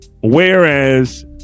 whereas